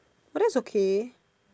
but that's okay